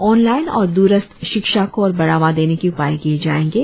online और द्रस्थ शिक्षा को और बढ़ावा देने के उपाय किए जाएंगे